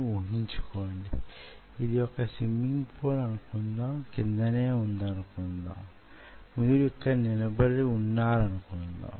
ఈ ప్రదేశం కాంటిలివర్ మీది భాగంలోని ఉపరితలంగా ప్రత్యేకంగా ఆరక్షింపబడి వున్నది